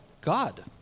God